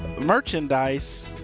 merchandise